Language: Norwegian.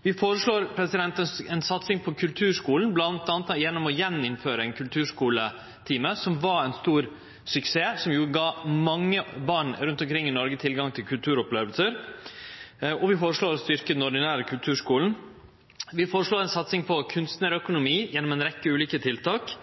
Vi føreslår ei satsing på kulturskulen, bl.a. gjennom å innføre på nytt ein kulturskuletime, som var ein stor suksess, som gav mange barn rundt omkring i Noreg tilgang til kulturopplevingar. Vi føreslår òg å styrkje den ordinære kulturskulen. Vi føreslår ei satsing på kunstnarøkonomi gjennom ei rekkje ulike tiltak,